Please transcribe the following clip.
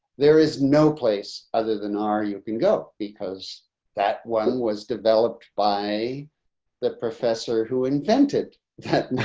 there is no place other than our you can go because that one was developed by the professor who invented that.